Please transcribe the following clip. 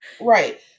Right